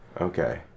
Okay